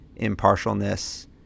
impartialness